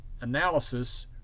analysis